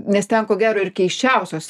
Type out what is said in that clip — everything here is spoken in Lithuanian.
nes ten ko gero ir keisčiausios